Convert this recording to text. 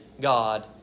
God